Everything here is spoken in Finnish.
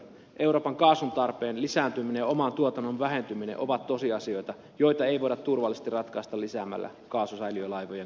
euroopan kaasuntarpeen lisääntyminen ja oman tuotannon vähentyminen ovat tosiasioita joita ei voida turvallisesti ratkaista lisäämällä kaasusäiliölaivojen kuljetuksia